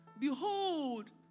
Behold